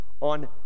on